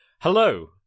Hello